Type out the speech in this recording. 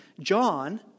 John